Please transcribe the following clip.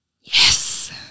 Yes